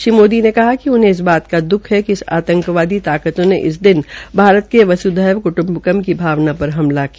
श्री मोदी ने कहा कि उनहें इस बात का द्ख है कि आंतकवादी ताकतों ने इस दिन भारत क्ट्म्बकम वस्धैव की भावन पर हमला किया